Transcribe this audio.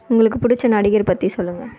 உங்களுக்கு பிடித்த நடிகர் பற்றி சொல்லுங்க